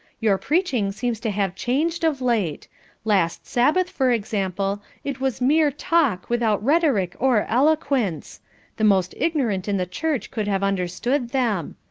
your preaching seems to have changed of late last sabbath, for example, it was mere talk without rhetoric or eloquence the most ignorant in the church could have understood them.